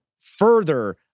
further